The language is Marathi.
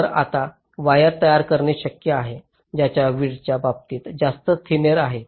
तर आता वायर तयार करणे शक्य आहे ज्याच्या विड्थच्या बाबतीत जास्त थिनेर आहे